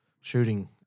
shooting